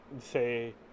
say